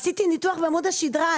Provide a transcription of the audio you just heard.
עשיתי ניתוח בעמוד השדרה.